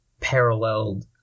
paralleled